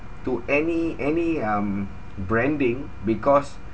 to any any um branding because